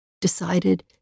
decided